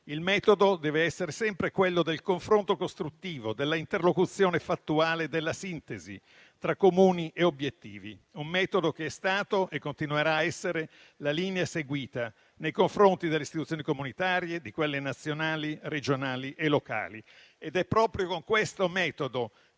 Il metodo deve essere sempre quello del confronto costruttivo, dell'interlocuzione fattuale e della sintesi tra comuni obiettivi, un metodo che è stato e continuerà a essere la linea seguita nei confronti delle istituzioni comunitarie, di quelle nazionali, regionali e locali. Proprio con questo metodo